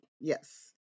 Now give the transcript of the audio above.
Yes